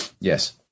Yes